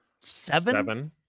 seven